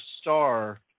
star